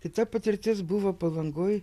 tai ta patirtis buvo palangoj